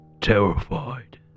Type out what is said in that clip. terrified